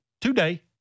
today